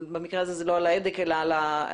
במקרה הזה היא לא על ההדק אלא על האזיק.